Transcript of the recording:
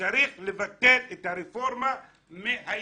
צריך לבטל את הרפורמה מהיסוד.